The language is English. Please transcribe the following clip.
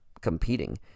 competing